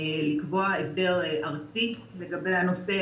לקבוע הסדר ארצי לגבי הנושא,